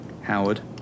Howard